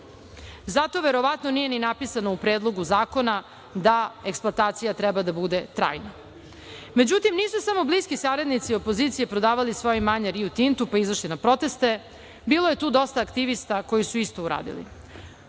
Zato verovatno nije ni napisano u predlogu zakona da eksploatacija treba da bude trajna.Međutim, nisu samo bliski saradnici opozicije prodavali svoja imanja Riu Tintu, pa izašli na proteste. Bilo je tu dosta aktivista koji su isto uradili.